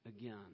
again